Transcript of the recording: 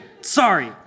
sorry